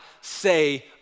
say